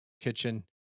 kitchen